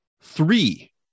Three